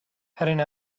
heading